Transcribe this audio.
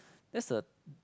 that's a